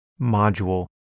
module